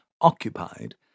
occupied